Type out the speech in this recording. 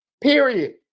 Period